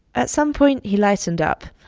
at some point, he lightened up.